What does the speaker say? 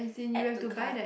add to cart